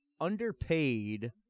underpaid